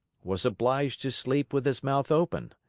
was obliged to sleep with his mouth open.